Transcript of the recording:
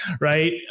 right